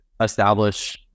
establish